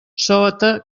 sota